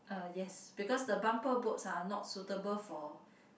uh yes because the bumper boats are not suitable for